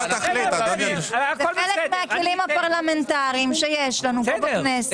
זה חלק מהכלים הפרלמנטריים שיש לנו פה בכנסת.